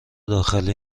داخلی